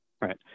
Right